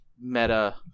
meta